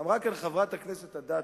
אמרה כאן חברת הכנסת אדטו,